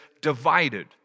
divided